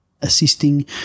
assisting